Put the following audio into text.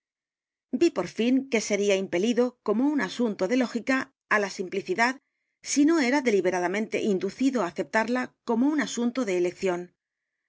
vi por fin que sería impelido como un asunto de lógica á la simplicidad si no era deliberadamente inducido á aceptarla como un asunto de elección